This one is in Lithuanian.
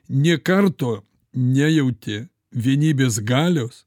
nė karto nejautė vienybės galios